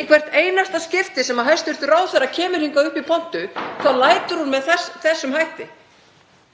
Í hvert einasta skipti sem hæstv. ráðherra kemur hingað upp í pontu þá lætur hún með þessum hætti,